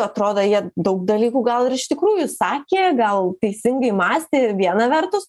atrodo jie daug dalykų gal ir iš tikrųjų sakė gal teisingai mąstė viena vertus